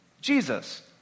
Jesus